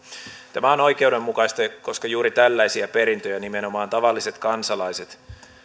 tämä on oikeudenmukaista koska juuri tällaisia perintöjä nimenomaan tavalliset kansalaiset